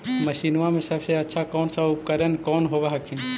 मसिनमा मे सबसे अच्छा कौन सा उपकरण कौन होब हखिन?